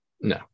no